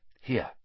Here